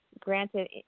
Granted